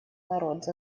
народ